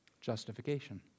Justification